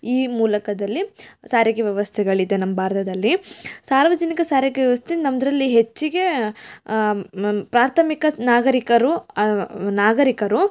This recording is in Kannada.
ಈ ಮೂಲಕದಲ್ಲಿ ಸಾರಿಗೆ ವ್ಯವಸ್ಥೆಗಳಿದೆ ನಮ್ಮ ಭಾರತದಲ್ಲಿ ಸಾರ್ವಜನಿಕ ಸಾರಿಗೆ ವ್ಯವಸ್ಥೆ ನಮ್ಮದ್ರಲ್ಲಿ ಹೆಚ್ಚಿಗೆ ಪ್ರಾಥಮಿಕ ನಾಗರಿಕರು ನಾಗರಿಕರು